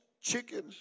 chickens